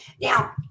Now